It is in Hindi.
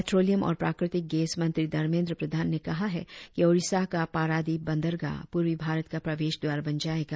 पेट्रोलियम और प्राकृतिक गैस मंत्री धर्मेंद्र प्रधान ने कहा है कि ओडिसा का पारादीप बंदरगाह पूर्वी भारत का प्रवेश द्वार बन जाएगा